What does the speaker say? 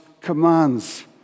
commands